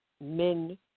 men